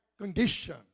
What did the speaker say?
condition